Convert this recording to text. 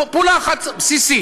למשל, פעולה אחת בסיסית: